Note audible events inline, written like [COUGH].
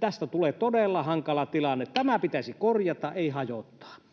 Tästä tulee todella hankala tilanne. [NOISE] Tämä pitäisi korjata, ei hajottaa.